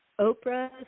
Oprah